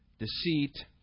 Deceit